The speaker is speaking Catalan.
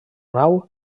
nau